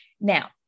now